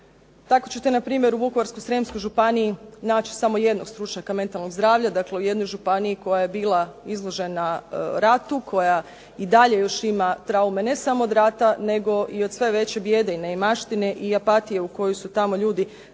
Tako ćete npr. u Vukovarsko-srijemskoj županiji naći samo jednog stručnjaka mentalnog zdravlja, dakle u jednoj županiji koja je bila izložena radu, koja i dalje još traume ne samo od rata nego i od sve veće bijede i neimaštine i apatije u koju su tamo ljudi